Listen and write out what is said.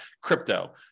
crypto